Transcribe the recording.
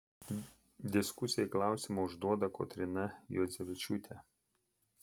diskusijai klausimą užduoda kotryna juodzevičiūtė